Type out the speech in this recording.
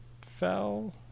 fell